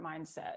mindset